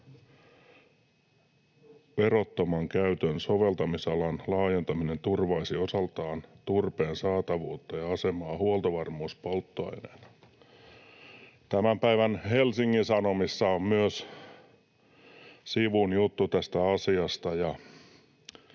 verottoman käytön soveltamisalan laajentaminen turvaisi osaltaan turpeen saatavuutta ja asemaa huoltovarmuuspolttoaineena.” Tämän päivän Helsingin Sanomissa on myös sivun juttu tästä asiasta,